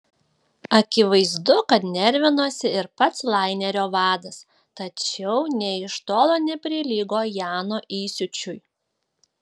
akivaizdu kad nervinosi ir pats lainerio vadas tačiau tai nė iš tolo neprilygo jano įsiūčiui